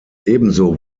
ebenso